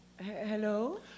Hello